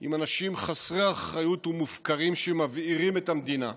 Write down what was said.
עם אנשים חסרי אחריות ומופקרים שמבעירים את המדינה.